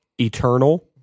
eternal